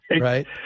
Right